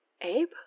Abe